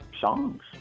songs